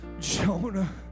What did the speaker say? Jonah